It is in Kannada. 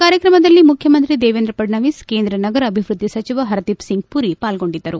ಕಾರ್ಯಕ್ರಮದಲ್ಲಿ ಮುಖ್ಯಮಂತ್ರಿ ದೇವೇಂದ್ರ ಫಡ್ನವೀಸ್ ಕೇಂದ್ರ ನಗರ ಅಭಿವೃದ್ದಿ ಸಚಿವ ಹರ್ದೀಪ್ ಸಿಂಗ್ ಪುರಿ ಪಾಲ್ಗೊಂಡಿದ್ದರು